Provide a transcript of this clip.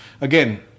again